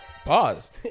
Pause